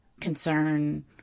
concern